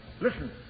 Listen